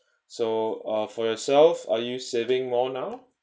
so uh for yourself are you saving more now